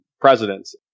presidents